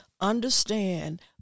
understand